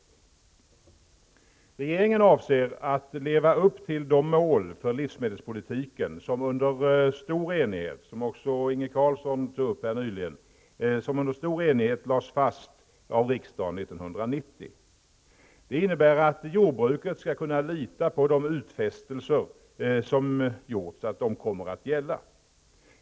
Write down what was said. Regeringen avser att leva upp till de mål för livsmedelspolitiken som under stor enighet lades fast av riksdagen år 1990 -- det nämnde också Inge Carlsson för en stund sedan. Det innebär att jordbruket skall kunna lita på att de utfästelser som gjorts kommer att gälla.